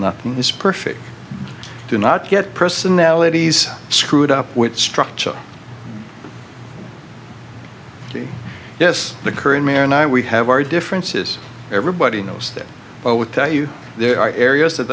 nothing is perfect do not get personalities screwed up with structure yes the current mayor and i we have our differences everybody knows that i would tell you there are areas that